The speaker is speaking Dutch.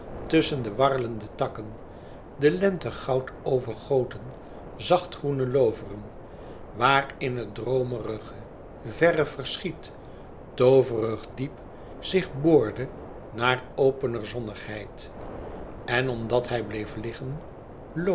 tusschen de warrelende takken de lentegoud overgoten zacht groene looveren waar in het droomerig verre verschiet tooverig diep zich boorde naar opener zonnigheid en omdat hij bleef liggen